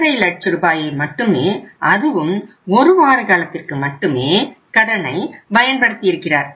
5 லட்ச ரூபாயை மட்டுமே அதுவும் ஒரு வார காலத்திற்கு மட்டுமே கடனை பயன்படுத்திருக்கிறார்